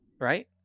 right